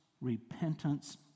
repentance